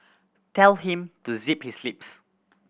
tell him to zip his lips